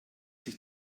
dich